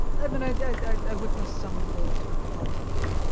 i mean i witnessed some of those, sort of the policymaking,